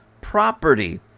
property